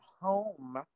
home